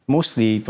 Mostly